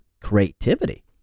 creativity